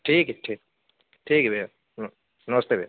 ठीक है ठीक ठीक है भैया नमस्ते भैया